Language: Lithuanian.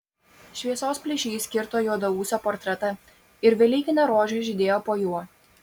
šviesos plyšys kirto juodaūsio portretą ir velykinė rožė žydėjo po juo